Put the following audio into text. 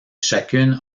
chacune